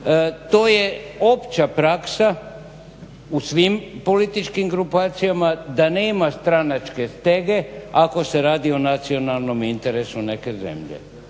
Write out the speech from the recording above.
To je opća praksa u svim političkim grupacijama da nema stranačke stege ako se radi o nacionalnom interesu neke zemlje.